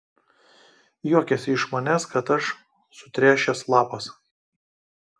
juokiesi iš manęs kad aš sutręšęs lapas